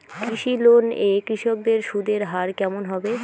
কৃষি লোন এ কৃষকদের সুদের হার কেমন হবে?